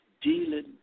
dealing